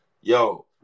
Yo